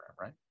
right